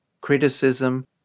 Criticism